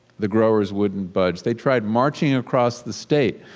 the growers wouldn't budge. they tried marching across the state.